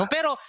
Pero